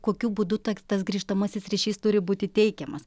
kokiu būdu tas grįžtamasis ryšys turi būti teikiamas